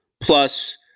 Plus –